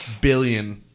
billion